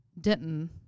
denton